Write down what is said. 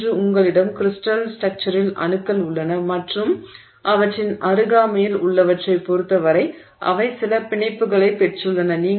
ஒன்று உங்களிடம் கிரிஸ்டல் ஸ்ட்ரக்சுரில் அணுக்கள் உள்ளன மற்றும் அவற்றின் அருகாமையில் உள்ளவற்றைப் பொறுத்தவரை அவை சில பிணைப்புகளைப் பெற்றுள்ளன